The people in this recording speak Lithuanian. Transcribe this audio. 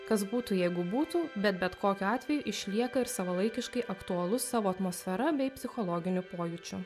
kas būtų jeigu būtų bet bet kokiu atveju išlieka ir savalaikiškai aktualus savo atmosfera bei psichologiniu pojūčiu